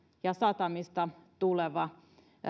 ja satamista tuleva